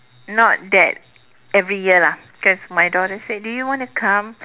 not that every year lah because my daughter said do you want to come